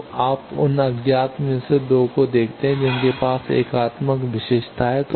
तो आप उन अज्ञात में से 2 को देखते हैं जिनके पास एकात्मक विशेषता है